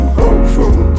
hopeful